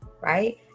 right